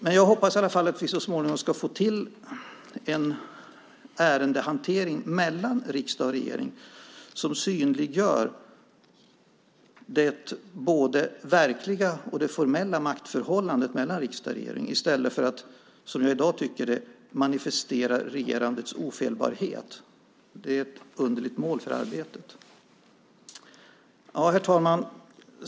Men jag hoppas att vi så småningom ska få en ärendehantering mellan riksdag och regering som synliggör både det verkliga och det formella maktförhållandet mellan riksdag och regering i stället för att man, som jag tycker, manifesterar regerandets ofelbarhet. Det är ett underligt mål för arbetet. Herr talman!